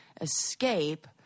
escape